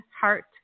heart